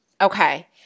Okay